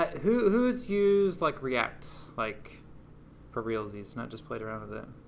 who's used like react, like for realsies? not just played around with it?